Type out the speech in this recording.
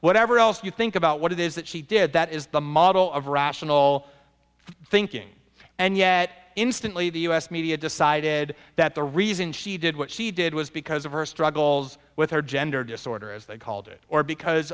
whatever else you think about what it is that she did that is the model of rational thinking and yet instantly the us media decided that the reason she did what she did was because of her struggles with her gender disorder as they called it or because